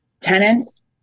tenants